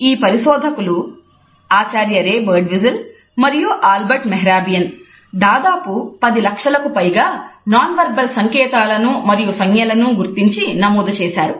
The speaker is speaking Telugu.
ఈ పరిశోధకులు ఆచార్య రే బర్డ్విస్టల్ మరియు ఆల్బర్ట్ మెహ్రాబియాన్ దాదాపు పది లక్షలకు పైగా నాన్ వెర్బల్ సంకేతాలను మరియు సంజ్ఞలనూ గుర్తించి నమోదు చేశారు